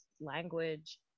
language